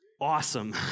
Awesome